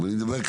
נכון.